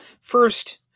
first